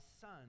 son